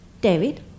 David